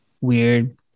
Weird